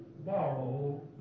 borrow